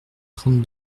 trente